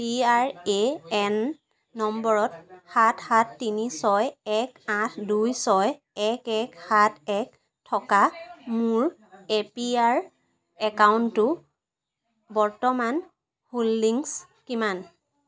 P R A N নম্বৰত সাত সাত তিনি ছয় এক আঠ দুই ছয় এক এক সাত এক থকা মোৰ এ পি আৰ একাউণ্টটো বৰ্তমান হোল্ডিংছ কিমান